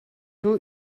two